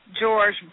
George